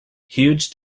huge